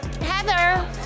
Heather